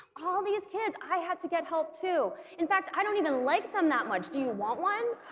all these kids i had to get help too in fact i don't even like them that much, do you want one?